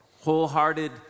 wholehearted